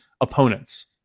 opponents